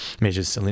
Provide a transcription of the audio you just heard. measures